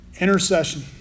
Intercession